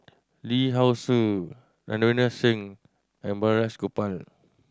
Lee how Ser Ravinder Singh and Balraj Gopal